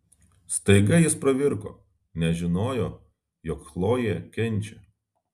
staiga jis pravirko nes žinojo jog chlojė kenčia